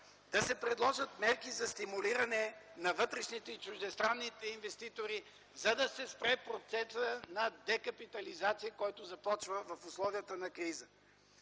Да се предложат мерки за стимулиране на вътрешните и чуждестранните инвеститори, за да се спре процесът на декапитализация, който започва в условията на криза.